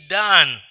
done